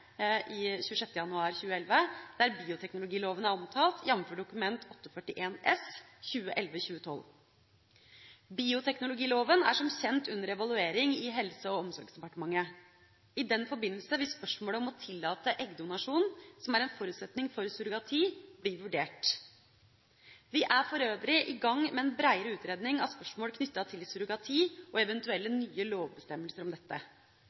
kjent, under evaluering i Helse- og omsorgsdepartementet. I den forbindelse vil spørsmålet om å tillate eggdonasjon, som er en forutsetning for surrogati, bli vurdert. Vi er for øvrig i gang med en breiere utredning av spørsmål knyttet til surrogati og eventuelle nye lovbestemmelser om dette.